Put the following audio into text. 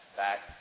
back